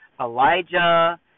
Elijah